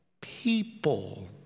people